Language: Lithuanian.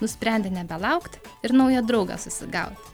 nusprendė nebelaukt ir naują draugą susigaut